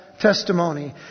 testimony